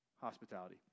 hospitality